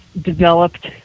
developed